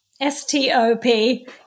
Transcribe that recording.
S-T-O-P